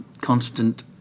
constant